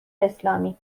اسلامی